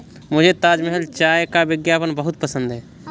मुझे ताजमहल चाय का विज्ञापन बहुत पसंद है